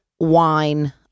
wine